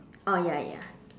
oh ya ya